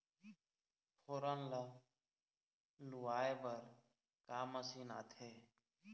फोरन ला लुआय बर का मशीन आथे?